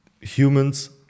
humans